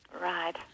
Right